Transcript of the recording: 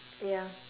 ya